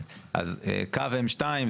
קו M2,